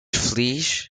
feliz